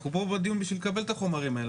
אנחנו פה בדיון בשביל לקבל את החומרים האלה,